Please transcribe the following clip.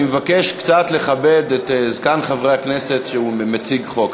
אני מבקש קצת לכבד את זקן חברי הכנסת כשהוא מציג חוק,